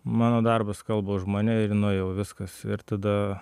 mano darbas kalba už mane ir nuėjau viskas ir tada